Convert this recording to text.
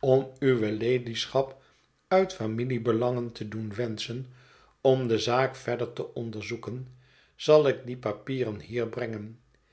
om uwe ladyschap uit familiebelangen te doen wenschen om de zaak verder te onderzoeken zal ik die papieren hier brengen